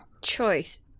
Choice